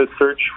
search